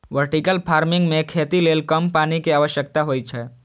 vertical farming मे खेती लेल कम पानि के आवश्यकता होइ छै